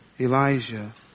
Elijah